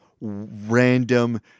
random